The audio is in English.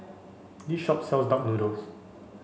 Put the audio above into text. this shop sells duck noodle